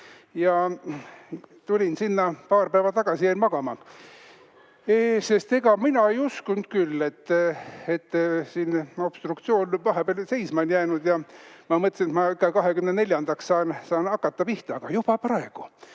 Tulin sinna paar päeva tagasi, jäin magama, sest ega mina ei uskunud küll, et obstruktsioon on vahepeal seisma jäänud. Ma mõtlesin, et ma 24-ndal saan hakata pihta, aga näe, juba praegu.